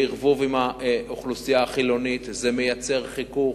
בערבוב, עם האוכלוסייה החילונית, זה מייצר חיכוך.